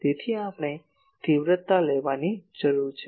તેથી આપણે તીવ્રતા લેવાની જરૂર છે